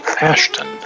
Ashton